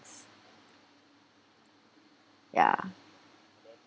ya